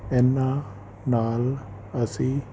ਇਹਨਾਂ ਨਾਲ ਅਸੀਂ